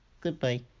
Goodbye